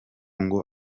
ngo